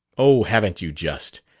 oh, haven't you, just!